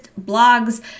blogs